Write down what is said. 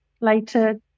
later